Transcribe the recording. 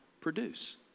produce